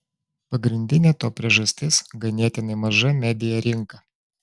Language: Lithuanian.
pagrindinė to priežastis ganėtinai maža media rinka